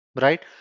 right